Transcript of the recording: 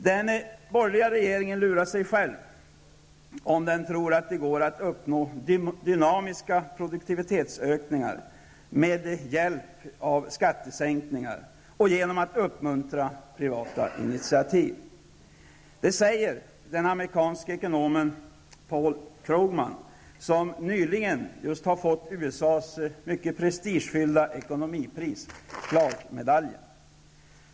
Den borgerliga regeringen lurar sig själv om den tror att det går att uppnå dynamiska produktivitetsökningar med hjälp av skattesänkningar och genom att uppmuntra privata initiativ. Det säger den amerikanske ekonomen Paul Krugman, som nyligen har fått USAs mycket prestigefyllda ekonomipris, Clark-medaljen.